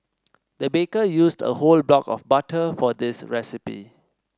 the baker used a whole block of butter for this recipe